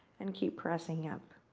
and keep pressing up.